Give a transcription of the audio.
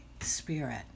Spirit